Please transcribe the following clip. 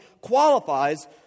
qualifies